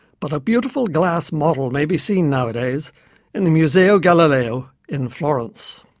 but a beautiful glass model may be seen nowadays in the museo galileo in florence.